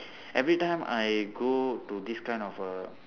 every time I go to this kind of err